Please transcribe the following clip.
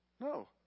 No